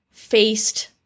Faced